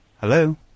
Hello